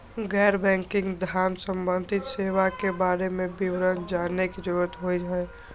गैर बैंकिंग धान सम्बन्धी सेवा के बारे में विवरण जानय के जरुरत होय हय?